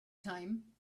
time